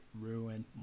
ruin